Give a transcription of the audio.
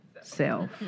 self